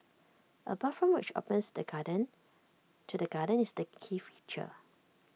A bathroom which opens the garden to the garden is the key feature